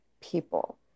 people